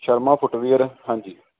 Sharma footwear ਹਾਂਜੀ